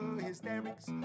Hysterics